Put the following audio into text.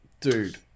dude